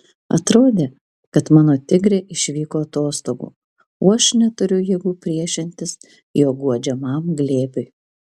atrodė kad mano tigrė išvyko atostogų o aš neturiu jėgų priešintis jo guodžiamam glėbiui